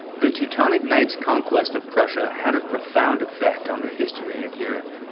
the teutonic knights conquest of prussia had a profound effect on the history of europe